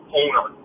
owner